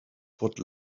what